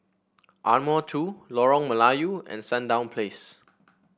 Ardmore Two Lorong Melayu and Sandown Place